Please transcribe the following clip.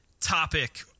topic